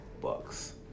Bucks